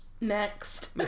Next